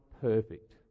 perfect